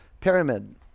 Pyramid